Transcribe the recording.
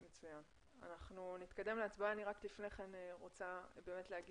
אנחנו נתקדם להצבעות אבל לפני כן אני רוצה לומר